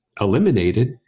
eliminated